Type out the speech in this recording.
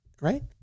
right